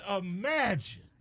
imagine